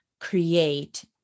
create